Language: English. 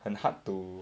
and hard to